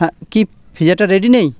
হ্যাঁ কি পিজাটা রেডি নেই